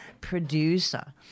producer